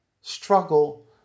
struggle